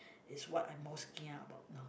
is what I most kia about now